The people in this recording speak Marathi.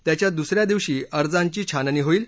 त्याच्या दुस या दिवशी अर्जांची छाननी होईल